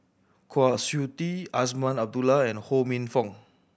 Kwa Siew Tee Azman Abdullah and Ho Minfong